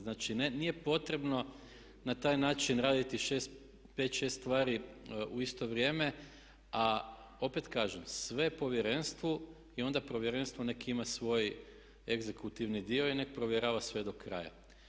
Znači, nije potrebno na taj način raditi 5, 6 stvari u isto vrijeme, a opet kažem sve Povjerenstvu i onda Povjerenstvo nek' ima svoj egzekutivni dio i nek' provjerava sve do kraja.